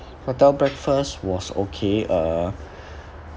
hotel breakfast was okay uh